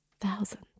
Thousands